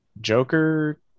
joker